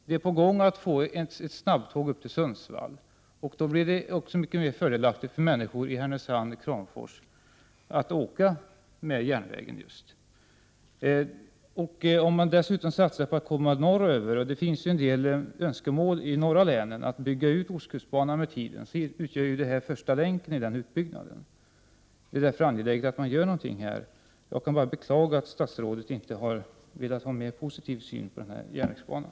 Man håller på att få ett snabbtåg upp till Sundsvall, och då blir det mycket förmånligare för människor som bor i Härnösand och Kramfors att använda sig av just järnvägen. Satsar man dessutom på en utbyggnad norrut — det finns ju en del önskemål i de nordligaste länen om en utbyggnad av ostkustbanan — utgör ju det här den första länken i utbyggnaden. Det är därför angeläget att man gör någonting. Jag kan bara beklaga att statsrådet inte har en mera positiv syn på den här järnvägsbanan.